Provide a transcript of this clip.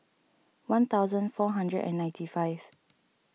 one thousand four hundred and ninety five